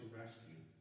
rescue